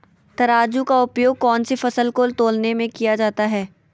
तराजू का उपयोग कौन सी फसल को तौलने में किया जाता है?